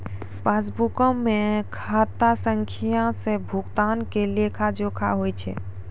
पासबुको मे खाता संख्या से भुगतानो के लेखा जोखा होय छै